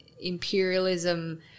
imperialism